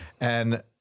And-